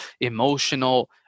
emotional